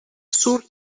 sur